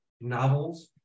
novels